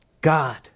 God